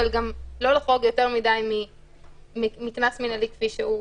אבל גם לא לחרוג יותר מדי מקנס מינהלי כפי שהוא.